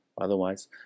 Otherwise